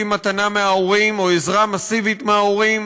מתנה מההורים או עזרה מסיבית מההורים,